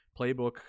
Playbook